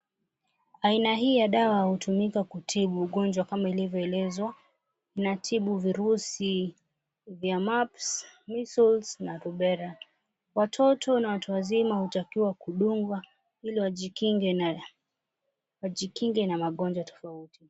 Aina hii ya dawa hutumika kutibu ugonjwa kama vile ilivyoelezwa, inatibu virusi vya mumps, measles na rubella . Watoto na watu wazima hutakiwa kudungwa ili wajikinge na magonjwa tofauti.